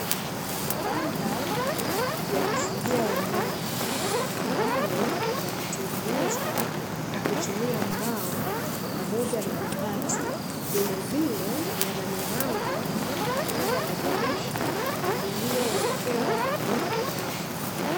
Mabanda ya kufugia wanyama ambayo yametengenezwa kwa kutumia mbao pamoja na mabati, vilevile yana milango pamoja na dirisha lililowekewa nyavu.